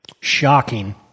shocking